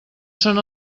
són